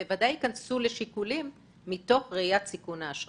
זה בוודאי ייכנס לשיקולים של סיכון האשראי.